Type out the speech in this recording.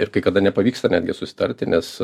ir kai kada nepavyksta netgi susitarti nes